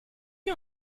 est